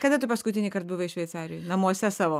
kada tu paskutinįkart buvai šveicarijoj namuose savo